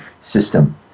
system